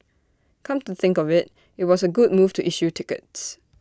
come to think of IT it was A good move to issue tickets